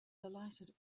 delighted